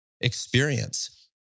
experience